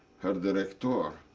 herr direktor,